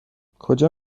کجا